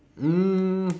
um